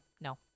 no